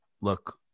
look